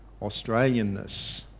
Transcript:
Australianness